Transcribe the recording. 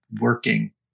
working